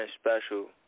special